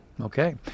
Okay